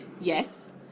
yes